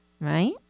right